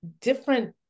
different